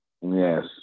Yes